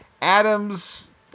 Adams